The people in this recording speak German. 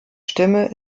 stimme